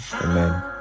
Amen